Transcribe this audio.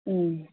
ഉം